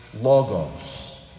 Logos